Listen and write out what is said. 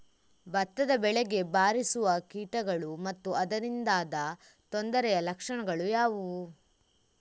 ಭತ್ತದ ಬೆಳೆಗೆ ಬಾರಿಸುವ ಕೀಟಗಳು ಮತ್ತು ಅದರಿಂದಾದ ತೊಂದರೆಯ ಲಕ್ಷಣಗಳು ಯಾವುವು?